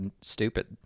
stupid